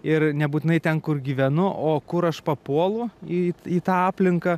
ir nebūtinai ten kur gyvenu o kur aš papuolu į tą aplinką